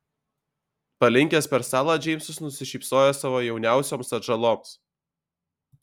palinkęs per stalą džeimsas nusišypsojo savo jauniausioms atžaloms